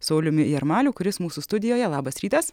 sauliumi jarmaliu kuris mūsų studijoje labas rytas